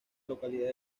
localidad